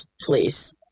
please